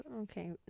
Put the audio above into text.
Okay